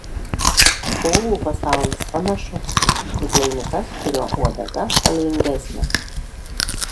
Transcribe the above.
povų pasaulis panašus tik laimi tas kurio uodega spalvingesnė